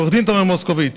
עו"ד תומר מוסקוביץ,